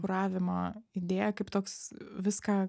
kuravimo idėja kaip toks viską